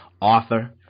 author